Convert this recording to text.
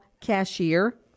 cashier